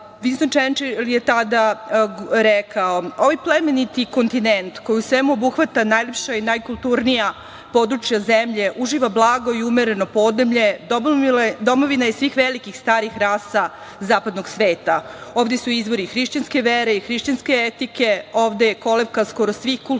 rata. Vinston Čerčil je tada rekao: „Ovaj plemeniti kontinent, koji u svemu obuhvata najlepša i najkulturnija područja zemlje, uživa blago i umereno podneblje, domovina je svih velikih starih rasa zapadnog sveta. Ovde su izvori hrišćanske vere i hrišćanske etike, ovde je kolevka skoro svih kultura,